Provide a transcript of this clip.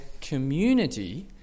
community